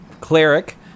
cleric